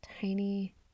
tiny